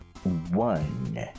One